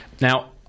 Now